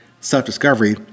self-discovery